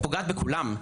היא פוגעת בכולם,